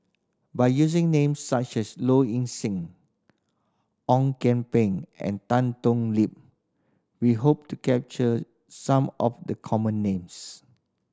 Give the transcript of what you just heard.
by using names such as Low Ing Sing Ong Kian Peng and Tan Thoon Lip we hope to capture some of the common names